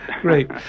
Great